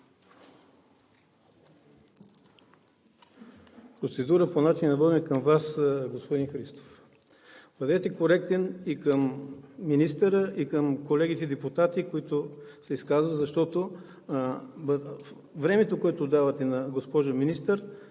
Процедура по начина на водене към Вас, господин Христов. Бъдете коректен и към министъра и към колегите депутати, които се изказват, защото времето, което давате на госпожа министърката,